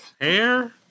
Hair